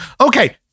Okay